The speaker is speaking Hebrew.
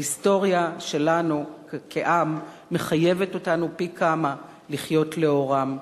ההיסטוריה שלנו כעם מחייבת אותנו פי כמה לחיות לאורם.